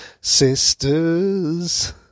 sisters